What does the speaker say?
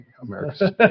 America's